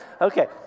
Okay